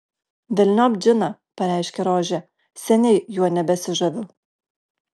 velniop džiną pareiškė rožė seniai juo nebesižaviu